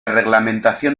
reglamentación